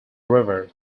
river